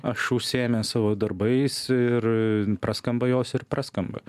aš užsiėmęs savo darbais ir praskamba jos ir praskamba